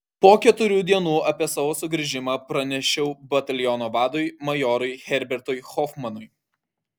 po keturių dienų apie savo sugrįžimą pranešiau bataliono vadui majorui herbertui hofmanui